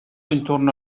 intorno